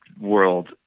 world